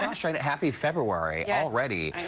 and happy february yeah already.